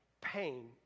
pain